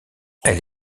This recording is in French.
elle